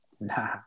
nah